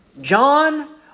John